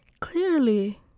Clearly